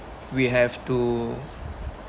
we have to